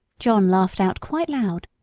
john laughed out quite loud.